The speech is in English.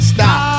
Stop